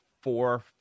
four